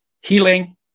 healing